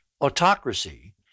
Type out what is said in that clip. autocracy